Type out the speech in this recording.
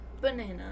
banana